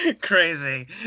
crazy